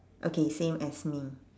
okay same as me